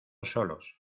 solos